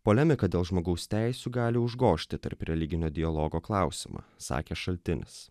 polemiką dėl žmogaus teisių gali užgožti tarp religinio dialogo klausimą sakė šaltinis